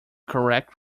correct